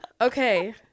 Okay